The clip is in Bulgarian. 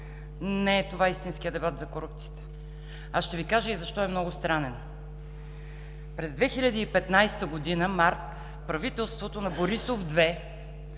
Не е това истинският дебат за корупцията. Ще Ви кажа и защо е много странен. През месец март на 2015 г. правителството на Борисов 2